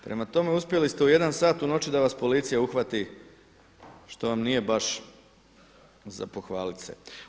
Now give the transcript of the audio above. Prema tome, uspjeli ste u 1 sat u noći da vas policija uhvati što vam nije baš za pohvalit se.